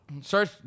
Search